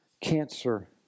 cancer